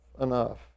enough